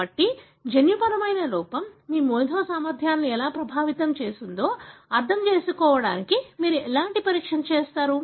కాబట్టి జన్యుపరమైన లోపం మీ మేధో సామర్థ్యాలను ఎలా ప్రభావితం చేసిందో అర్థం చేసుకోవడానికి మీరు ఎలాంటి పరీక్షలు చేస్తారు